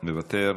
מוותר,